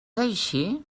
així